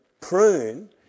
prune